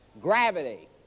gravity